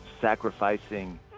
sacrificing